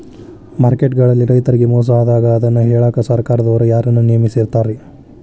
Market ಗಳಲ್ಲಿ ರೈತರಿಗೆ ಮೋಸ ಆದಾಗ ಅದನ್ನ ಕೇಳಾಕ್ ಸರಕಾರದವರು ಯಾರನ್ನಾ ನೇಮಿಸಿರ್ತಾರಿ?